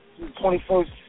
21st